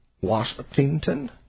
Washington